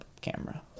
camera